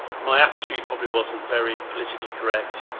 my attitude probably wasn't very politically correct.